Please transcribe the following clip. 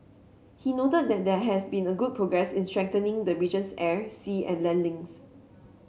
he noted that there has been a good progress in strengthening the region's air sea and land links